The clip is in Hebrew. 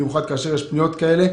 במיוחד כאשר יש פניות כאלה,